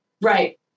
Right